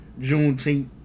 Juneteenth